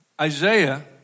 Isaiah